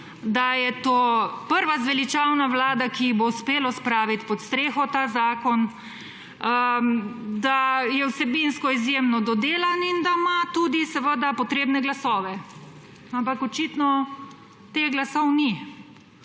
da je to prva zveličavna vlada, ki ji bo uspelo spraviti pod streho ta zakon, da je vsebinsko izjemno dodelan in da ima tudi potrebne glasove. Ampak očitno teh glasov ni.